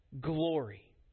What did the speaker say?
glory